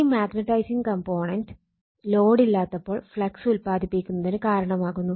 ഈ magnetising component ലോഡില്ലാത്തപ്പോൾ flux ഉൽപാദിപ്പിക്കുന്നതിന് കാരണമാകുന്നു